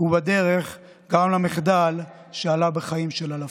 ובדרך גרם למחדל שעלה בחיים של אלפים.